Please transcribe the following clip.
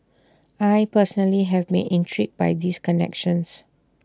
I personally have been intrigued by these connections